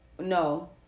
no